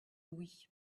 oui